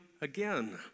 again